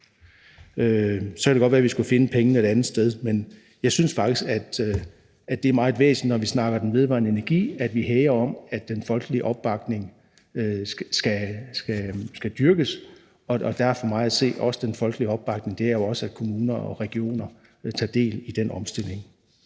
Så kan det godt være, at vi skulle finde pengene et andet sted, men jeg synes faktisk, at det er meget væsentligt, når vi snakker vedvarende energi, at vi hæger om, at den folkelige opbakning skal dyrkes, og der er det for mig at se sådan, at den folkelige opbakning jo også er til, at kommuner og regioner tager del i den omstilling.